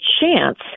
chance